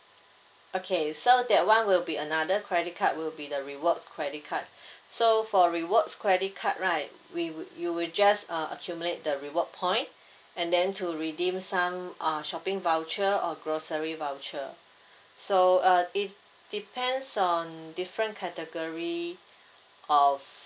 okay so that one will be another credit card will be the rewards credit card so for rewards credit card right we wo~ you will just uh accumulate the reward point and then to redeem some uh shopping voucher or grocery voucher so uh it depends on different category of